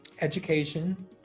education